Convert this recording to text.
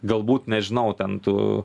galbūt nežinau ten tu